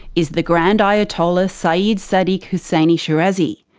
is the grand ayatollah sayid sadiq husseini shirazi.